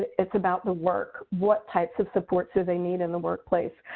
it's about the work. what types of support do they need in the workplace?